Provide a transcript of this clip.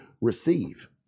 receive